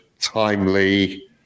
timely